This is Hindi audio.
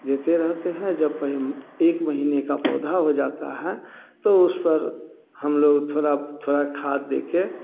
देते रहते हैं जब कहीं एक महीने का पौधा हो जाता है तो उस पर हम लोग थोड़ा थोड़ा खाद दे के